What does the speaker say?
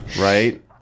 Right